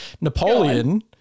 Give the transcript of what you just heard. Napoleon